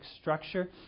structure